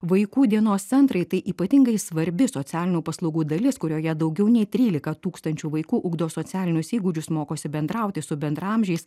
vaikų dienos centrai tai ypatingai svarbi socialinių paslaugų dalis kurioje daugiau nei trylika tūkstančių vaikų ugdo socialinius įgūdžius mokosi bendrauti su bendraamžiais